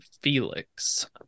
Felix